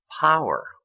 power